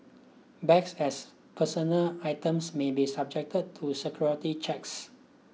bags as personal items may be subjected to security checks